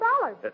dollars